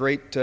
great